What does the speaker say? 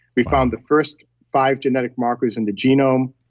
we found the first five genetic markers in the genome.